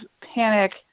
panic